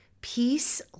peace